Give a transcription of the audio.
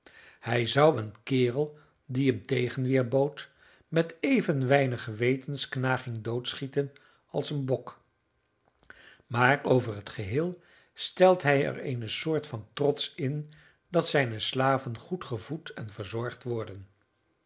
hij zou een kerel die hem tegenweer bood met even weinig gewetensknaging doodschieten als een bok maar over het geheel stelt hij er eene soort van trots in dat zijne slaven goed gevoed en verzorgd worden